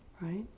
right